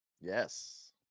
Yes